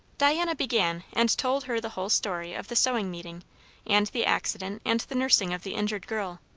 diana began and told her the whole story of the sewing meeting and the accident and the nursing of the injured girl.